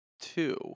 Two